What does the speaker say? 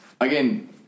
Again